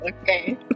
Okay